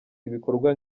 ibikorwa